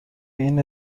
این